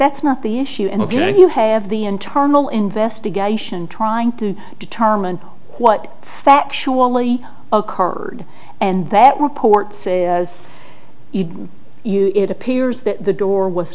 that's not the issue and again you have the internal investigation trying to determine what factually occurred and that reports it appears that the door was